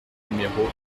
numéro